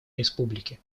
республики